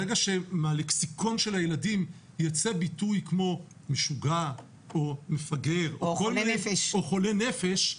ברגע שמהלקסיקון של הילדים ייצא ביטוי כמו משוגע או מפגר או חולה נפש,